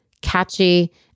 catchy